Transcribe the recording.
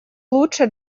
лучше